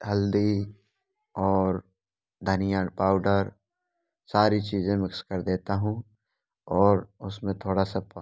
हल्दी और धनिया पाउडर सारी चीज़ें मिक्स कर देता हूँ और उसमें थोड़ा सा